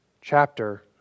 chapter